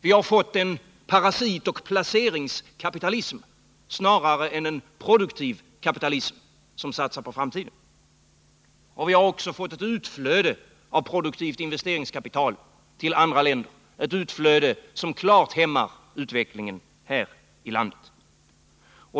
Vi har fått en parasitoch placeringskapitalism snarare än en produktiv kapitalism, som satsar på framtiden. Vi har också fått ett utflöde av produktivt investeringskapital till andra länder, ett utflöde som klart hämmar utvecklingen här i landet.